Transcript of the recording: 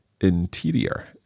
interior